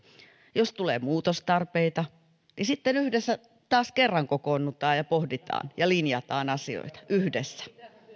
jos tulee muutostarpeita niin sitten yhdessä taas kerran kokoonnutaan ja pohditaan ja linjataan asioita yhdessä